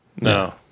no